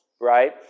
right